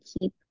keep